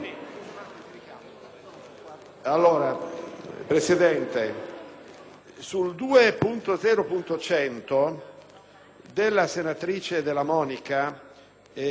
firmataria la senatrice Della Monica e che ha come oggetto la tutela della vittima di delitti a sfondo sessuale,